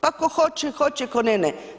Pa tko hoće, hoće, tko ne, ne.